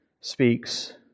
speaks